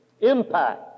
Impact